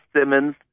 Simmons